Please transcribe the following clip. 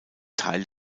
teil